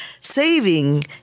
saving